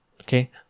Okay